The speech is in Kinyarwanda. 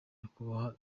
nyakubahwa